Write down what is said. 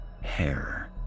Hair